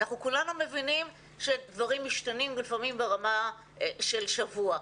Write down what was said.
כולנו מבינים שדברים משתנים לפעמים ברמה של שבוע,